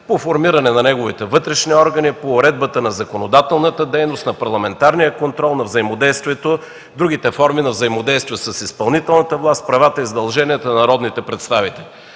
по формиране на неговите вътрешни органи, по уредбата на законодателната дейност, на парламентарния контрол, на взаимодействието – другите форми на взаимодействие с изпълнителната власт, правата и задълженията на народните представители.